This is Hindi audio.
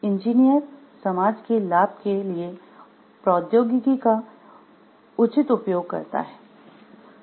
इंजीनियर समाज के लाभ के लिए प्रौद्योगिकी का उचित प्रयोग करता हैं